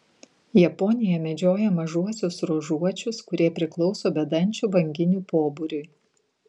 japonija medžioja mažuosiuos ruožuočius kurie priklauso bedančių banginių pobūriui